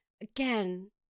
again